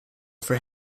for